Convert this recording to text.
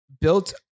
built